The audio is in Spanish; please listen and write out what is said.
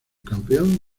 campeón